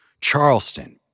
Charleston